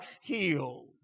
healed